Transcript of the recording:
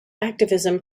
activism